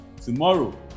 Tomorrow